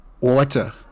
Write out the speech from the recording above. Water